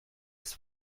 ist